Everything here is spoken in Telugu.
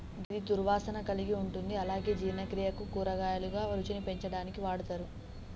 గిది దుర్వాసన కలిగి ఉంటుంది అలాగే జీర్ణక్రియకు, కూరగాయలుగా, రుచిని పెంచడానికి వాడతరు